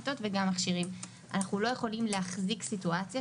לזכור שיש --- אני מציע סעיף 9 לקופות.